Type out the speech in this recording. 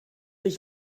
ich